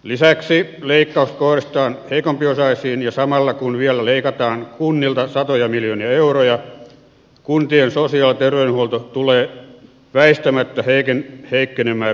lisäksi leikkaukset kohdistetaan heikompiosaisiin ja samalla kun vielä leikataan kunnilta satoja miljoonia euroja kuntien sosiaali ja terveydenhuolto tulee väistämättä heikkenemään rajusti